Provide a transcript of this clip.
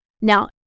Now